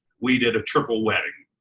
we did a triple wedding.